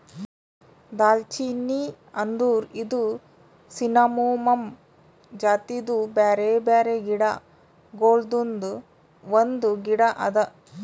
ದಾಲ್ಚಿನ್ನಿ ಅಂದುರ್ ಇದು ಸಿನ್ನಮೋಮಮ್ ಜಾತಿದು ಬ್ಯಾರೆ ಬ್ಯಾರೆ ಗಿಡ ಗೊಳ್ದಾಂದು ಒಂದು ಗಿಡ ಅದಾ